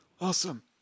Awesome